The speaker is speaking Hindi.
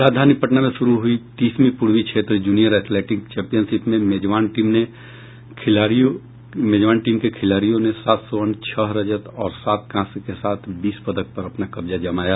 राजधानी पटना में शुरू हुई तीसवीं पूर्वी क्षेत्र जूनियर एथलेटिक चौम्पियनशिप में मेजबान टीम के खिलाडियों ने सात स्वर्ण छह रजत और सात कांस्य के साथ बीस पदक पर अपना कब्जा जमाया